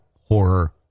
Horror